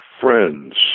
friends